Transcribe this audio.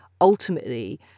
ultimately